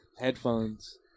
headphones